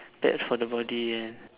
bad for the body and